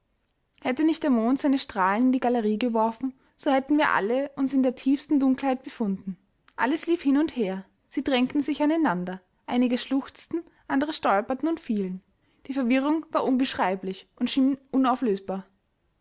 hätte nicht der mond seine strahlen in die galerie geworfen so hätten wir alle uns in der tiefsten dunkelheit befunden alles lief hin und her sie drängten sich aneinander einige schluchzten andere stolperten und fielen die verwirrung war unbeschreiblich und schien unauflösbar